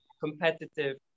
competitive